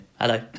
hello